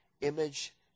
image